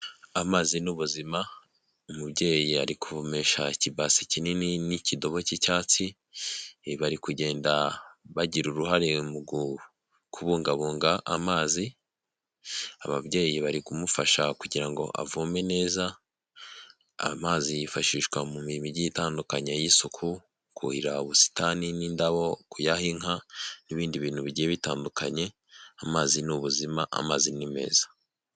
Amazi n'ubuzima umubyeyi ari kumesha ikibasi kinini n'ikidobo cy'icyatsi bari kugenda bagira uruhare mu kubungabunga amazi ababyeyi bari kumufasha kugira ngo avome neza amazi yifashishwa mu mirimo igiye itandukanye y'isuku kuhira ubusitani n'indabo kuyaha inka n'ibindi bintu bigiye bitandukanye amazi n'ubuzima amazi ni meza.